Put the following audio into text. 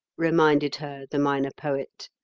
reminded her the minor poet.